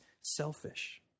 selfish